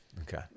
Okay